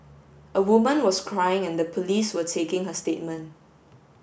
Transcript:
a woman was crying and the police were taking her statement